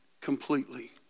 completely